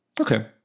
Okay